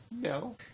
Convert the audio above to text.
No